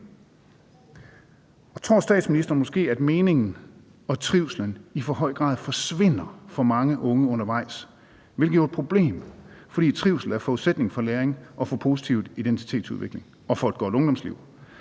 Tror statsministeren måske, at meningen og trivslen i for høj grad forsvinder for mange unge undervejs, hvilket jo er et problem, fordi trivsel er forudsætningen for læring og for positiv identitetsudvikling og for et godt ungdomsliv.